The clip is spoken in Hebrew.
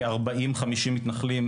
כ-40-50 מתנחלים,